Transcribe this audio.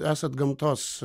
esat gamtos